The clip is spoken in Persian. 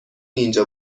اینجا